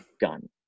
gun